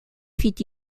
fit